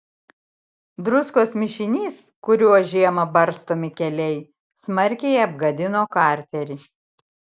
druskos mišinys kuriuo žiemą barstomi keliai smarkiai apgadino karterį